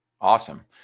Awesome